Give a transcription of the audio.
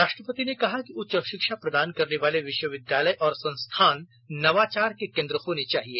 राष्ट्रपति ने कहा कि उच्च शिक्षा प्रदान करने वाले विश्वविद्यालय और संस्थान नवाचार के केंद्र होने चाहिए